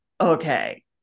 okay